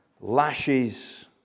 lashes